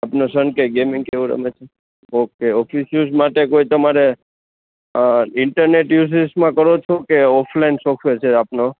આપનો સન કે ગેમિંગ કે એવો રમે છે ઓકે ઓફિસ યુસ માટે કોઇ તમારે ઈન્ટરનેટ યુસીસમાં કરો છો કે ઓફલાઇન સોફ્ટવેર છે આપનો